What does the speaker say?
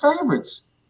favorites